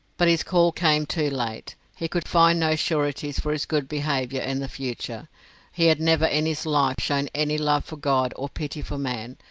but his call came too late he could find no sureties for his good behaviour in the future he had never in his life shown any love for god or pity for man,